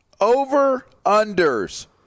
over-unders